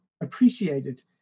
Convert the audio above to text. appreciated